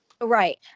Right